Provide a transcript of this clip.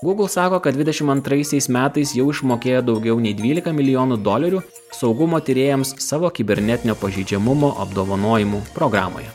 google sako kad dvidešim antraisiais metais jau išmokėjo daugiau nei dvylika milijonų dolerių saugumo tyrėjams savo kibernetinio pažeidžiamumo apdovanojimų programoje